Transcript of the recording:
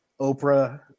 Oprah